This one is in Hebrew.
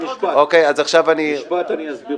אני אסביר אותו במשפט.